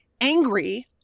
angry